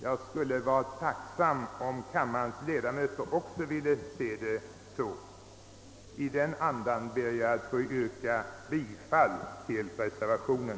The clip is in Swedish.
Jag skulle vara tacksam om även kammarens övriga ledamöter ville se den så. I den andan vill jag, herr. talman, yrka bifall till reservationen.